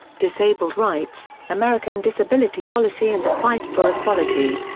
disabled rights american disability policy and the fight for equality.